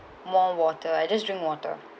more water I just drink water